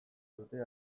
dute